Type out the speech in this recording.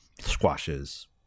Squashes